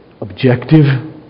objective